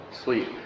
sleep